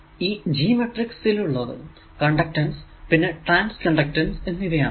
ഈ G matrix ൽ ഉള്ളത് കണ്ടക്ടൻസ് പിന്നെ ട്രാൻസ് കണ്ടക്ടൻസ് എന്നിവ ആണ്